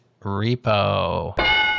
repo